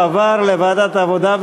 לוועדת העבודה,